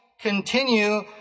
continue